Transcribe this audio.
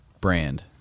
Brand